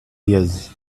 years